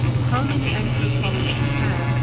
how many anchor columns you have,